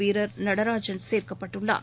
வீரர் நடராஜன் சேர்க்கப்பட்டுள்ளார்